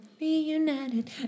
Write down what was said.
Reunited